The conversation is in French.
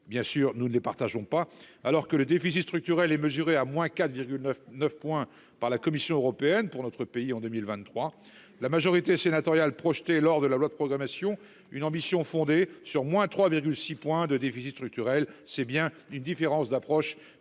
bien sûr, nous ne les partageons pas alors que le déficit structurel et mesurée à moins 4, 9, 9 points par la Commission européenne pour notre pays en 2023. La majorité sénatoriale projeté lors de la loi de programmation une ambition fondée sur, moins 3,6 points de déficit structurel, c'est bien une différence d'approche